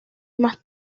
más